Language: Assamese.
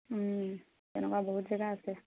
তেনেকুৱা বহুত জেগা আছে